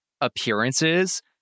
Appearances